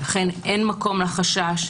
לכן אין מקום לחשש.